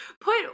put